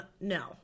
no